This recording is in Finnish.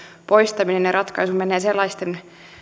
poistaminen ja ratkaisu menee sellaisten